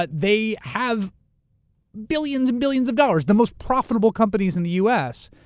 but they have billions and billions of dollars. the most profitable companies in the u. s.